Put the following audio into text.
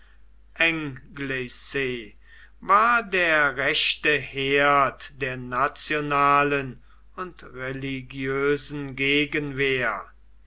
war der rechte herd der nationalen und religiösen gegenwehr